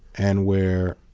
and where,